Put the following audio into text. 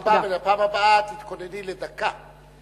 תודה רבה, ובפעם הבאה תתכונני לדקה.